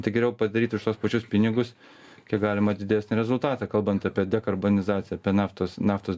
tai geriau padaryti už tuos pačius pinigus kiek galima didesnį rezultatą kalbant apie dekarbonizaciją apie naftos naftos